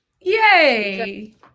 Yay